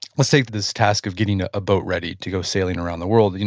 let's say for this task of getting a ah boat ready to go sailing around the world.